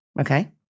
Okay